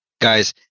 guys